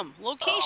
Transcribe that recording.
location